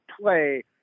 play